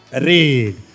Read